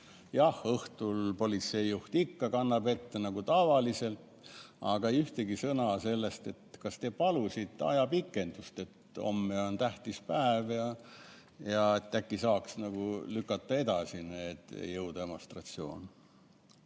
Jah, õhtul politseijuht ikka kannab ette nagu tavaliselt, aga ei ühtegi sõna sellest, kas te palusite ajapikendust, et homme on tähtis päev ja äkki saaks lükata need jõudemonstratsioonid